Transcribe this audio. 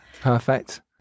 perfect